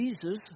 Jesus